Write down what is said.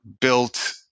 built